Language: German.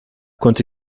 konnte